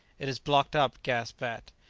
it is blocked up, gasped bat,